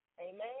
Amen